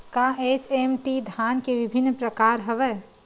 का एच.एम.टी धान के विभिन्र प्रकार हवय?